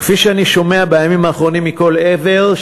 כפי שאני שומע בימים האחרונים מכל עבר,